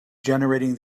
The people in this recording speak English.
generating